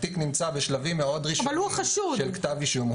התיק נמצא בשלבים מאוד ראשונים של כתב אישום.